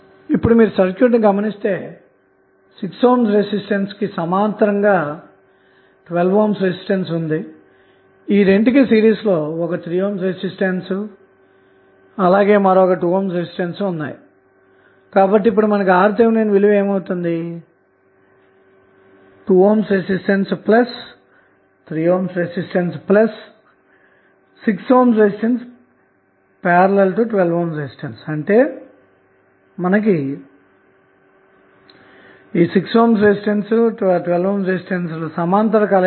కాబట్టి ఇప్పుడు మీరు సర్క్యూట్ ను గమనిస్తే6 ohm రెసిస్టెన్స్ కు సమాంతరంగా 12 ohm రెసిస్టెన్స్ ఉంది వీటికి సిరీస్ లో ఒక 3 ohm రెసిస్టెన్స్ మరియు 2 ohm రెసిస్టెన్స్ ఉన్నాయి